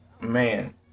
Man